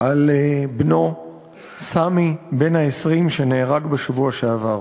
על בנו סאמי בן ה-20, שנהרג בשבוע שעבר.